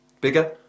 Bigger